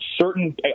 certain